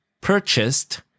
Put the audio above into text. purchased